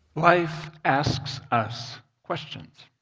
life asks us questions.